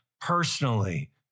personally